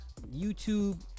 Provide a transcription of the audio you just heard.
YouTube